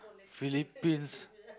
Philippines